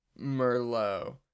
Merlot